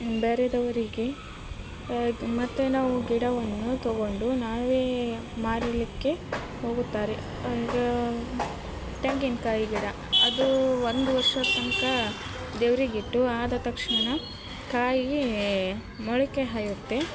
ಬೇರೆಯವ್ರಿಗೆ ಮತ್ತು ನಾವು ಗಿಡವನ್ನು ತೊಗೊಂಡು ನಾವೇ ಮಾರಲಿಕ್ಕೆ ಹೋಗುತ್ತಾರೆ ಅಂದ್ರೆ ತೆಂಗಿನ್ಕಾಯಿ ಗಿಡ ಅದು ಒಂದು ವರ್ಷದ ತನಕ ದೇವ್ರಿಗೆ ಇಟ್ಟು ಆದ ತಕ್ಷಣ ಕಾಯಿ ಮೊಳಕೆ ಹಾಯುತ್ತೆ